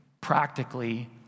practically